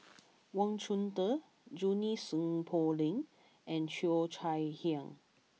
Wang Chunde Junie Sng Poh Leng and Cheo Chai Hiang